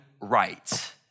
right